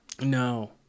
no